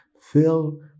fill